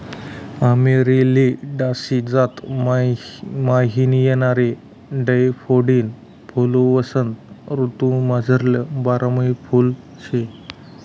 Amaryllidaceae जात म्हाईन येणारं डैफोडील फुल्वसंत ऋतूमझारलं बारमाही फुल शे